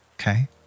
Okay